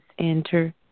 enter